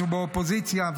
היינו באופוזיציה,